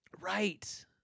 Right